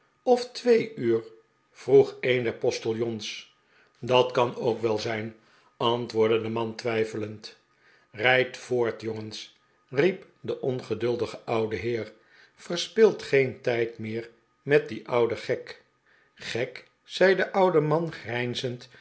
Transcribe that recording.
of twee uur vroeg een der postiljons dat kan ook wel zijn antwoordde de man twijfelend rijdt voort jongens riep de ongeduldige oude heer verspilt geen tijd meer met dien ouden gek gek zei de oude man